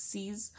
Sees